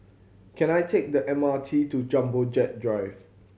can I take the M R T to Jumbo Jet Drive